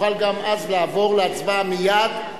נוכל גם אז לעבור להצבעה מייד.